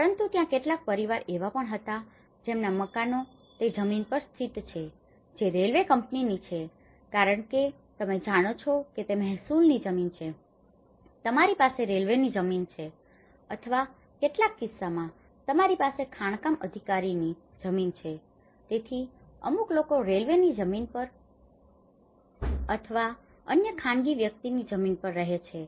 પરંતુ ત્યાં કેટલાક પરિવારો એવા પણ હતા જેમના મકાનો તે જમીન પર સ્થિત છે જે રેલવે કંપનીની છે કારણ કે તમે જાણો છો કે તે મહેસુલની જમીન છે તમારી પાસે રેલ્વેની જમીન છે અથવા કેટલાક કિસ્સાઓમાં તમારી પાસે ખાણકામ અધિકારીઓની જમીન છે તેથી અમુક લોકો રેલ્વેની જમીન પર અથવા અન્ય ખાનગી વ્યક્તિઓની જમીન પર રહે છે